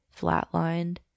flatlined